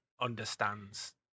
understands